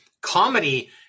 Comedy